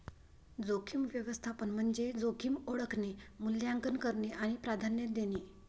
जोखीम व्यवस्थापन म्हणजे जोखीम ओळखणे, मूल्यांकन करणे आणि प्राधान्य देणे